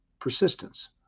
persistence